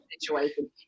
situation